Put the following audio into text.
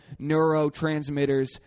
neurotransmitters